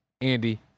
Andy